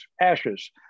ashes